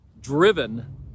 driven